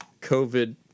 COVID